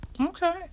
okay